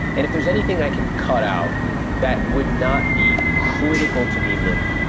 and if there's anything i can cut out that would not be critical to me living.